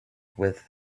with